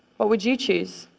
what would you choose?